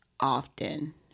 often